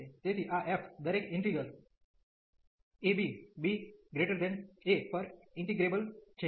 તેથી આ f દરેક integral a b b a પર ઈન્ટિગ્રેબલ છે